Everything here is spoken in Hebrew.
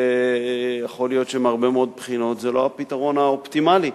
יכול להיות שמהרבה מאוד בחינות זה לא הפתרון האופטימלי,